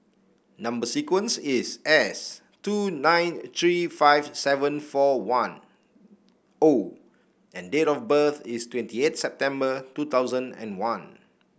number sequence is S two nine three five seven four one O and date of birth is twenty eight September two thousand and one